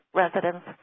residents